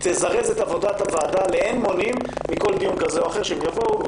תזרז את עבודת הוועדה לאין ערוך מכל דיון כזה או אחר שאליו הם יבואו,